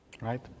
right